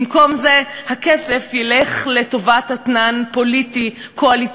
במקום זה הכסף ילך לטובת אתנן פוליטי-קואליציוני,